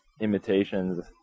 imitations